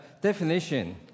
definition